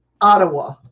Ottawa